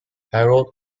harald